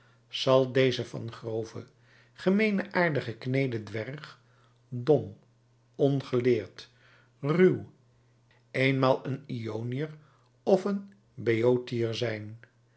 zal deze van grove gemeene aarde gekneede dwerg dom ongeleerd ruw eenmaal een ioniër of een beotiër zijn